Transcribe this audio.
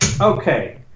Okay